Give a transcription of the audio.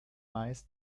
meist